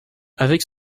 avec